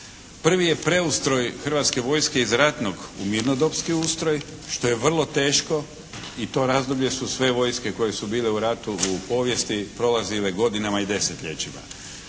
Prvi je preustroj hrvatske vojske iz ratnog u mirnodopski ustroj, što je vrlo teško. I to razdoblje su sve vojske koje su bile u ratu u povijesti prolazile godinama i desetljećima.